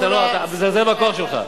אתה מזלזל בכוח שלך.